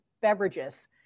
beverages